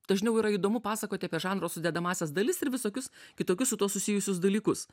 dažniau yra įdomu pasakoti apie žanro sudedamąsias dalis ir visokius kitokius su tuo susijusius dalykus